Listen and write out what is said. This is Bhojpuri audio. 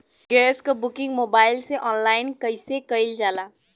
गैस क बुकिंग मोबाइल से ऑनलाइन कईसे कईल जाला?